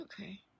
Okay